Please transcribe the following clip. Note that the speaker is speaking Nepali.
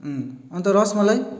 अन्त रस मलाई